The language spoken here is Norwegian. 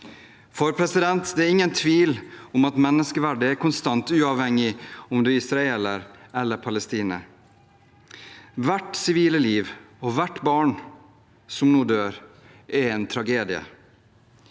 komme ut. Det er ingen tvil om at menneskeverdet er konstant, uavhengig av om man er israeler eller palestiner. Hvert sivile liv som går tapt, hvert barn som nå dør, er en tragedie.